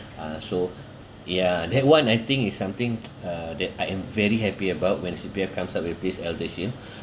uh so ya that one I think is something uh that I am very happy about when C_P_F comes out with this eldershield